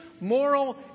moral